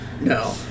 No